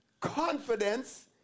confidence